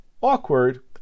awkward